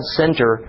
center